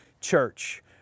Church